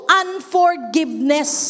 unforgiveness